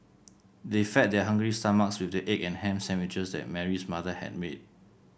they fed their hungry stomachs with the egg and ham sandwiches that Mary's mother had made